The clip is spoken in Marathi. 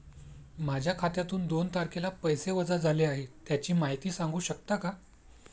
माझ्या खात्यातून दोन तारखेला पैसे वजा झाले आहेत त्याची माहिती सांगू शकता का?